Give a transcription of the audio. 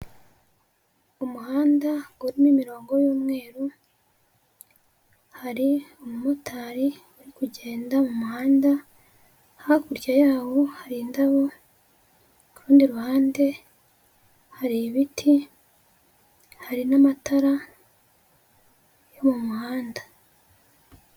Umuhanda urimo imirongo y'umweru, hari umumotari yo kugenda mu muhanda, hakurya yawo hari indabo, ku rundi ruhande hari ibiti hari n'amatara yo mu muhanda.